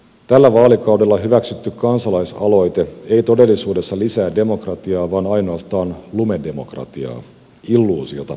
tällä vaalikaudella hyväksytty kansalaisaloite ei todellisuudessa lisää demokratiaa vaan ainoastaan lumedemokratiaa illuusiota demokratiasta